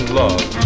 love